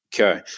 Okay